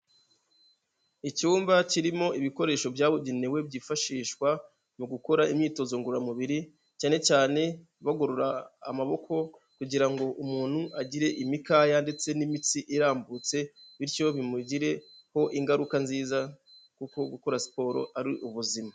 Icyumba kirimo ibikoresho byabugenewe byifashishwa mu gukora imyitozo ngororamubiri cyane cyane bagorora amaboko, kugira ngo umuntu agire imikaya ndetse n'imitsi irambutse, bityo bimugireho ingaruka nziza kuko gukora siporo ari ubuzima.